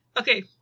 Okay